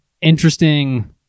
interesting